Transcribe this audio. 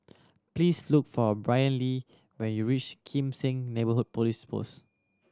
please look for Brynlee when you reach Kim Seng Neighbourhood Police Post